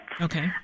Okay